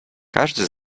każdy